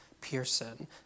Pearson